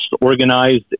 organized